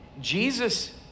Jesus